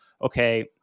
okay